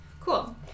Cool